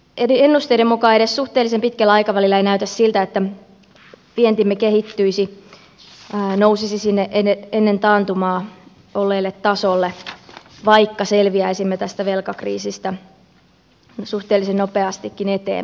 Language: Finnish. eri ennusteiden mukaan edes suhteellisen pitkällä aikavälillä ei näytä siltä että vientimme kehittyisi nousisi sinne ennen taantumaa olleelle tasolle vaikka selviäisimme tästä velkakriisistä suhteellisen nopeastikin eteenpäin